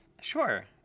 Sure